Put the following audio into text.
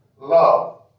love